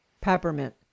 Peppermint